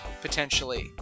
potentially